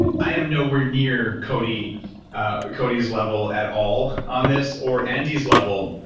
i am nowhere near cody's ah cody's level at all on this or andy's level,